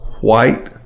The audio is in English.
white